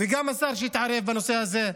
וגם שהשר יתערב בנושא הזה.